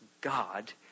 God